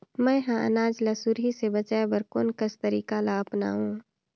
मैं ह अनाज ला सुरही से बचाये बर कोन कस तरीका ला अपनाव?